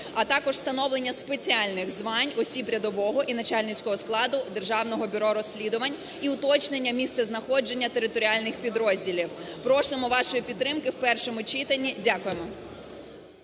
А також встановлення спеціальних звань осіб рядового і начальницького складу Державного бюро розслідувань і уточнення місцезнаходження територіальних підрозділів. Просимо вашої підтримки у першому читанні… Дякуємо.